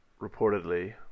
reportedly